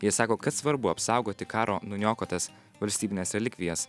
jie sako kad svarbu apsaugoti karo nuniokotas valstybines relikvijas